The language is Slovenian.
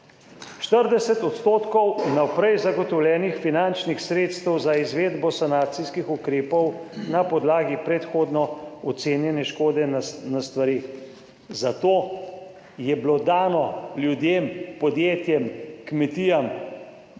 40 % vnaprej zagotovljenih finančnih sredstev za izvedbo sanacijskih ukrepov na podlagi predhodno ocenjene škode na stvari. Zato je bilo dano ljudem, podjetjem, kmetijam,